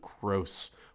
gross